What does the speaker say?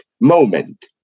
moment